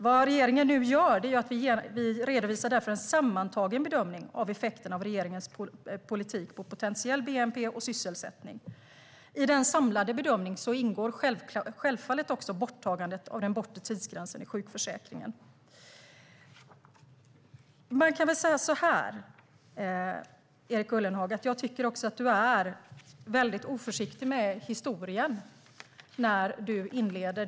Vad regeringen nu gör är därför att redovisa en sammantagen bedömning av effekterna av regeringens politik på potentiell bnp och sysselsättning. I den samlade bedömningen ingår självfallet borttagandet av den bortre tidsgränsen i sjukförsäkringen. Man kan också säga så här, Erik Ullenhag: Jag tycker att du är väldigt oförsiktig med historien i ditt inlägg.